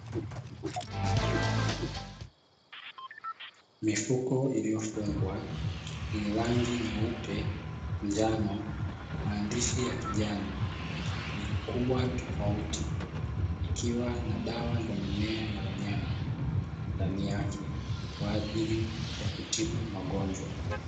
Mifuko iliyofungwa yenye rangi nyeupe, njano, maandishi ya kijani yenye ukubwa tofauti ikiwa na dawa za mimea na wanyama ndani yake kwa ajili ya kutibu magonjwa.